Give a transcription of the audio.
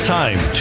time